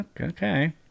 Okay